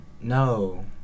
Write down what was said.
No